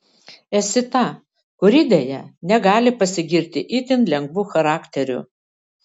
esi ta kuri deja negali pasigirti itin lengvu charakteriu